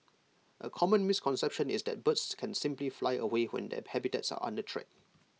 A common misconception is that birds can simply fly away when their habitats are under threat